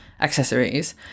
accessories